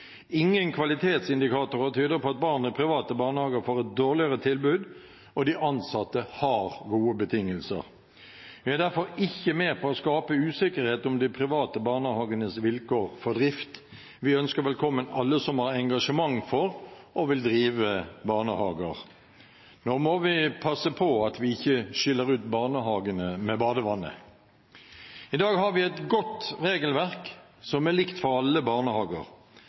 Ingen kvalitetsindikatorer tyder på at barn i private barnehager får et dårligere tilbud, og de ansatte har gode betingelser. Vi er derfor ikke med på å skape usikkerhet om de private barnehagenes vilkår for drift. Vi ønsker velkommen alle som har engasjement for og vil drive barnehager. Nå må vi passe på at vi ikke skyller ut barnehagene med badevannet. I dag har vi et godt regelverk som er likt for alle barnehager.